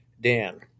Dan